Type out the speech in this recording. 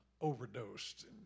overdosed